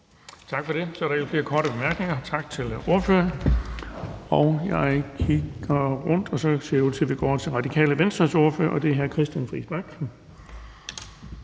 Bonnesen): Så er der ikke flere korte bemærkninger. Tak til ordføreren. Jeg kigger rundt, og det ser ud til, at vi går videre til Radikale Venstres ordfører, og det er hr. Christian Friis Bach.